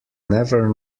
never